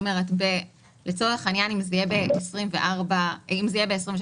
אם זה יהיה ב-2023,